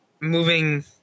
moving